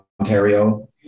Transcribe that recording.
Ontario